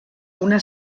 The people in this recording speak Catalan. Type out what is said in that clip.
una